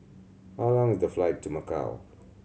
how long is the flight to Macau